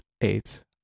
eight